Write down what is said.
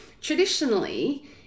traditionally